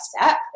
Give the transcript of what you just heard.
step